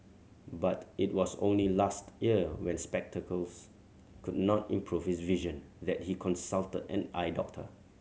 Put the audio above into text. but it was only last year when spectacles could not improve his vision that he consulted an eye doctor